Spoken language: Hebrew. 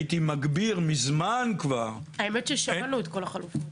הייתי מגביר מזמן כבר את --- האמת ששמענו את כל החלופות.